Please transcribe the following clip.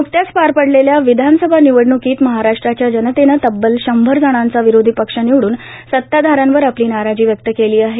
न्कत्याच पार पडलेल्या विधानसभा निवडण्कीत महाराष्ट्राच्या जनतेने तब्बल शंभर जणांचा विरोधीपक्ष निवडून सताधाऱ्यांवर आपली नाराजी व्यक्त केली आहे